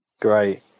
Great